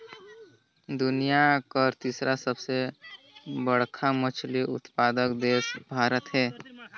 दुनिया कर तीसर सबले बड़खा मछली उत्पादक देश भारत हे